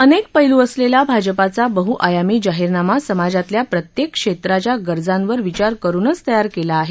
अनेक पैलू असलेला भाजपाचा बहुआयामी जाहीरनामा समाजातल्या प्रत्येक क्षेत्राच्या गरजांवर विचार करुनच तयार केला आहे